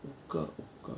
五个五个